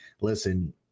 listen